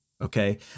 okay